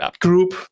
group